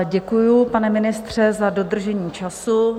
Děkuji, pane ministře, za dodržení času.